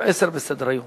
אכיפה ברשות לניירות ערך (תיקוני חקיקה),